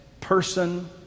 person